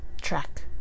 track